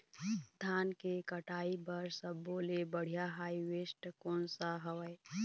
धान के कटाई बर सब्बो ले बढ़िया हारवेस्ट कोन सा हवए?